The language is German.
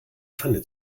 pfanne